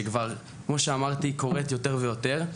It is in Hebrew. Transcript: שכמו שאמרתי קורית כבר יותר ויותר.